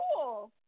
cool